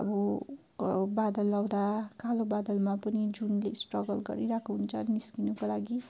अब बादल आउँदा कालो बादलमा पनि जुनले स्ट्रगल गरिरहेको हुन्छ निस्किनुको लागि